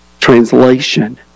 translation